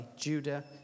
Judah